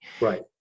Right